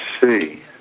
see